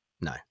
no